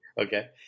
Okay